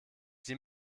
sie